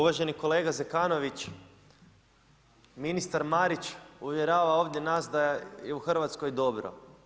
Uvaženi kolega Zekanović, ministar Marić uvjerava ovdje nas da je u Hrvatskoj dobro.